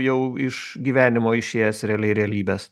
jau iš gyvenimo išėjęs realiai realybės